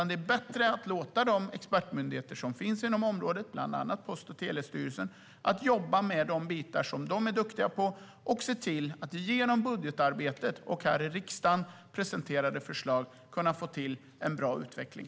Det är bättre att låta de expertmyndigheter som finns inom området, bland annat Post och telestyrelsen, jobba med det som de är duktiga på. Sedan ska vi genom budgetarbete och här i riksdagen presenterade förslag se till att få en bra utveckling.